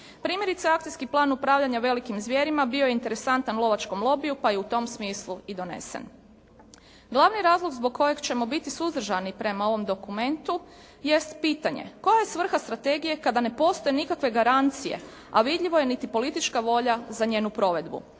Primjerice akcijski plan upravljanja velikim zvjerima bio je interesantan lovačkom lobiju pa je u tom smislu i donesen. Glavni razlog zbog kojeg ćemo biti suzdržani prema ovom dokumentu jest pitanje koja je svrha strategije kada ne postoje nikakve garancije a vidljivo je niti politička volja za njenu provedbu.